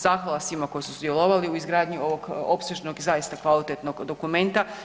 Zahvala svima koji su sudjelovali u izgradnji ovog opsežnog i zaista kvalitetnog dokumenta.